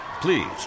Please